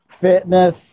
fitness